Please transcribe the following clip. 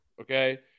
Okay